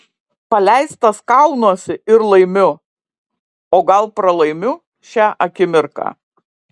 paleistas kaunuosi ir laimiu o gal pralaimiu šią akimirką